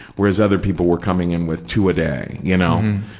whereas other people were coming in with two a day, you know.